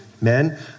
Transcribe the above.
Men